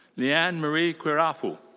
leanne marie quirafu.